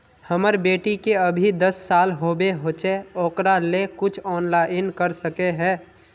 हमर बेटी के अभी दस साल होबे होचे ओकरा ले कुछ ऑनलाइन कर सके है?